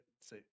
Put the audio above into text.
say